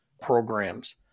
programs